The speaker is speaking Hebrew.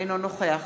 אינו נוכח